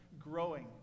growing